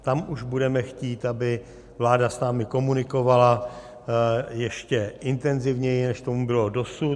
Tam už budeme chtít, aby vláda s námi komunikovala ještě intenzivněji, než tomu bylo dosud.